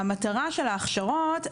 המטרה של ההכשרות,